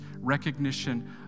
recognition